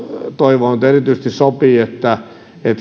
toivoa nyt sopii erityisesti että